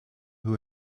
who